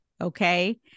okay